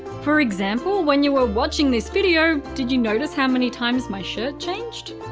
for example, when you were watching this video, did you notice how many times my shirt changed?